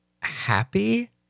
happy